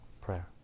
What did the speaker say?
Prayer